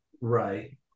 Right